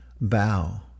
bow